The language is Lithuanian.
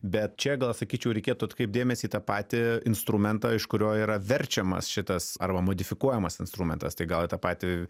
bet čia gal sakyčiau reikėtų atkreipt dėmesį į tą patį instrumentą iš kurio yra verčiamas šitas arba modifikuojamas instrumentas tai gal į tą patį